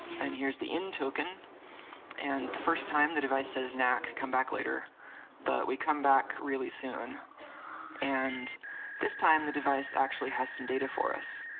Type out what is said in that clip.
and here's the in token and the first time the device says nack, come back later but we come back really soon and this time the device actually has some data for us.